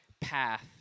path